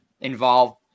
involved